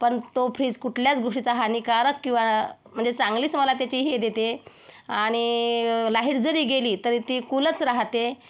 पण तो फ्रीज कुठल्याच गोष्टीचा हानिकारक किंवा म्हणजे चांगलीच मला त्याची हे देते आणि लाहिर जरी गेली तरी ती कूलच राहते